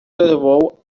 levou